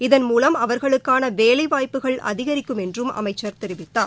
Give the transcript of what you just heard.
இதன் மூலம் அவர்களுக்கான வேலைவாய்ப்புகள் அதிகரிக்கும் என்றும் அமைச்சர் தெரிவித்தார்